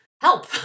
help